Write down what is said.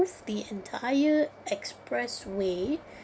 the entire expressway